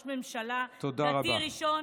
קצת עצוב שראש ממשלה דתי ראשון